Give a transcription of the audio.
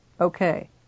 Okay